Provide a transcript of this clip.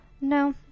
No